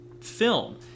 film